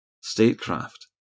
statecraft